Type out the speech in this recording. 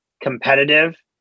competitive